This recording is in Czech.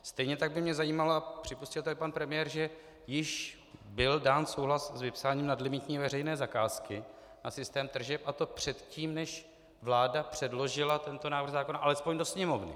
Stejně tak by mě zajímalo, a připustil tady pan premiér, že již byl dán souhlas s vypsáním nadlimitní veřejné zakázky a systém tržeb, a to předtím, než vláda předložila tento návrh zákona alespoň do Sněmovny.